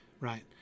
right